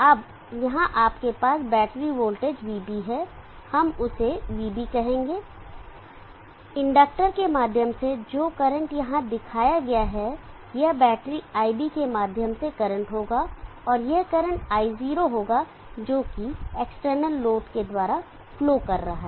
अब यहाँ आपके पास बैटरी वोल्टेज vB है हम उसे vB कहेंगे इंडक्टर के माध्यम से जो करंट यहाँ दिखाया गया है यह बैटरी iB के माध्यम से करंट होगा और यह करंट i0 होगा जोकि एक्सटर्नल लोड के द्वारा फ्लो कर रहा है